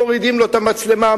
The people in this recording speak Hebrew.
מורידים לו את המצלמה,